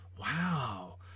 wow